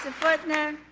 futtner